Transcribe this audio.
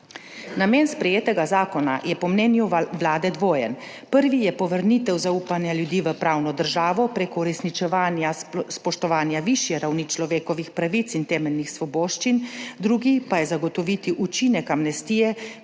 Namen sprejetega zakona je po mnenju Vlade dvojen. Prvi je povrnitev zaupanja ljudi v pravno državo prek uresničevanja spoštovanja višje ravni človekovih pravic in temeljnih svoboščin, drugi pa je zagotoviti učinek amnestije